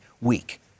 week